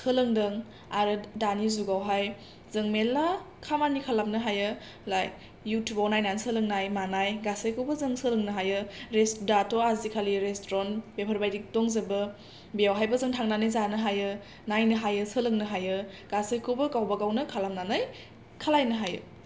सोलोंदों आरो दानि जुगावहाय जों मेरला खामानि खालामनो हायो लायक इउतुबाव नायनानै सोलोंनाय मानाय गासैखौबो जों सोलोंनो हायो दाथ' आजि खालि रेस्त्रन बेफोर बायदि दंजोबो बेवहायबो जों थांनानै जानो हायो नायनो हायो सोलोंनो हायो गासैखौबो गावबा गावनो खालामनानै खालायनो हायो